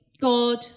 God